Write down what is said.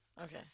okay